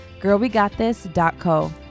girlwegotthis.co